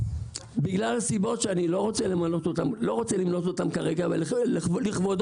בגלל סיבות שאני לא רוצה למנות אותן כאן מפאת כבודו,